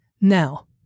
Now